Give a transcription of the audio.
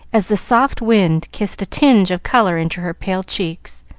as the soft wind kissed a tinge of color into her pale cheeks.